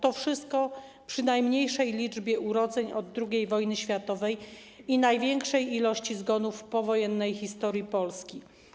To wszystko przy najmniejszej liczbie urodzeń od II wojny światowej i największej liczbie zgonów w powojennej historii Polski.